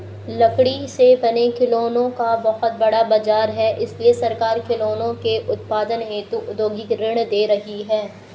लकड़ी से बने खिलौनों का बहुत बड़ा बाजार है इसलिए सरकार खिलौनों के उत्पादन हेतु औद्योगिक ऋण दे रही है